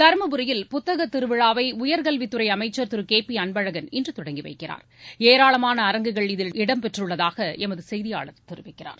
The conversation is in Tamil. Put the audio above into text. தருமபுரியில் உயர்கல்வித்துறை புத்தக திருவிழாவை அமைச்சர் திரு கே பி அன்பழகன் இன்று தொடங்கி வைக்கிறார் ஏராளமான அரங்குகள் இதில் இடம்பெற்றுள்ளதாக எமது செய்தியாளர் தெரிவிக்கிறார்